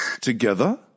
together